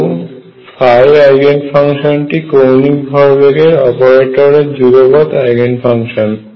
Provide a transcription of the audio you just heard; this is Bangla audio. এবং আইগেন ফাংশন টি কৌণিক ভরবেগের অপারেটরের যুগপৎ আইগেন ফাংশন